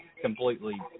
completely